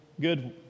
good